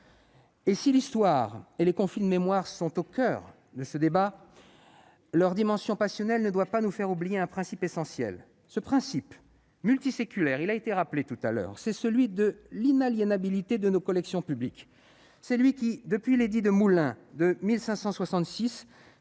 ... Si l'histoire et les conflits de mémoire sont au coeur de ce débat, leur dimension passionnelle ne doit pas nous faire oublier un principe essentiel, multiséculaire, qui a été rappelé précédemment : l'inaliénabilité de nos collections publiques. C'est ce principe qui, depuis l'édit de Moulins de 1566,